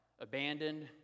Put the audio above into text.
abandoned